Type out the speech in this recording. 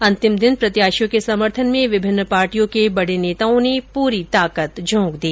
अंतिम दिन प्रत्याशियों के समर्थन में विभिन्न पार्टियों के बडे नेताओं ने पूरी ताकत झोक दी